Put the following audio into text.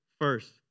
first